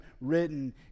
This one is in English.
written